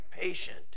patient